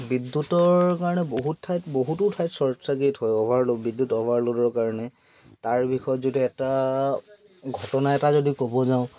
বিদ্যুতৰ কাৰণে বহুত ঠাইত বহুতো ঠাইত শ্বৰ্ট চাৰ্কিট হয় অ'ভাৰলোড বিদ্যুৎ অ'ভাৰলোডৰ কাৰণে তাৰ বিষয়ত যদি এটা ঘটনা এটা যদি ক'ব যাওঁ